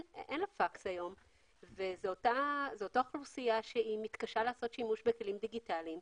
לה פקס וזאת אותה אוכלוסייה שמתקשה לעשות שימוש בכלים דיגיטליים.